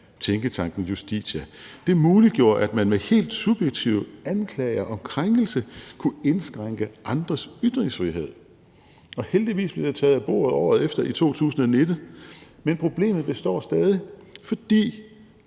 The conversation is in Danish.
tænketanken Justitia. Det muliggjorde, at man med helt subjektive anklager om krænkelse kunne indskrænke andres ytringsfrihed, og heldigvis blev det taget af bordet året efter, i 2019. Men problemet består stadig, for